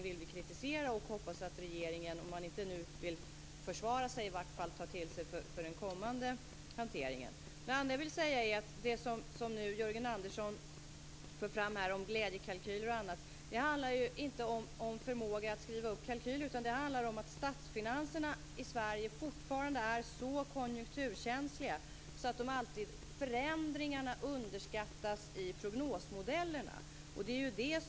Vi hoppas att regeringen, om man inte vill försvara sig, i varje fall tar till sig det för den kommande hanteringen. Det som Jörgen Andersson för fram om glädjekalkyler handlar ju inte om förmåga att skriva upp kalkyler, utan om att statsfinanserna i Sverige fortfarande är så konjunkturkänsliga att förändringarna underskattas i prognosmodellerna.